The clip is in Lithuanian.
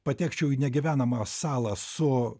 patekčiau į negyvenamą salą su